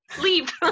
leave